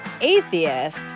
atheist